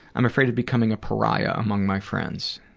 i'm afraid of becoming a pariah among my friends.